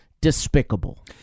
despicable